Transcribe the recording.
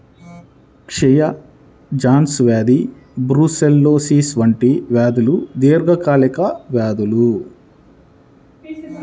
క్షయ, జాన్స్ వ్యాధి బ్రూసెల్లోసిస్ వంటి వ్యాధులు దీర్ఘకాలిక వ్యాధులు